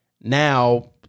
now